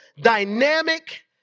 dynamic